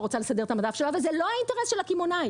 רוצה לסדר את המדף שלה וזה לא האינטרס של הקמעונאי,